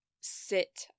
sit